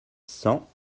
cent